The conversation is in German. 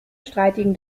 streitigen